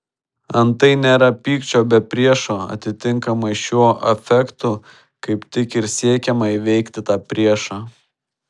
antai nėra pykčio be priešo atitinkamai šiuo afektu kaip tik ir siekiama įveikti tą priešą